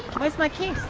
where's my kiss?